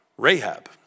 Rahab